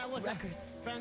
records